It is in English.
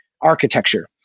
architecture